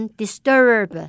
disturb